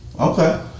Okay